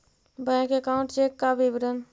Bank account check का विवरण?